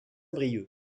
brieuc